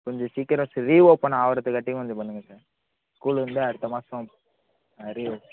கொஞ்சம் சீக்கிரம் sir reopen ஆகுறதுக்காட்டியும் கொஞ்சம் பண்ணுங்க சார் ஸ்கூல் வந்து அடுத்த மாசம் ஆ ரீ ஓப்